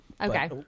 Okay